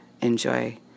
Enjoy